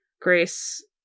Grace